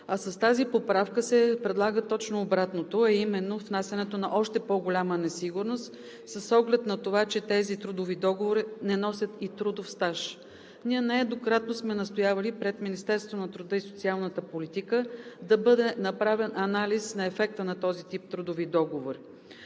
а с тази поправка се предлага точно обратното, – внасянето на още по-голяма несигурност с оглед на това, че тези трудови договори не носят и трудов стаж. Ние нееднократно сме настоявали пред Министерството на труда и социалната политика да бъде направен анализ на ефекта на този тип трудови договори.